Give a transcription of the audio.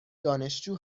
دانشجو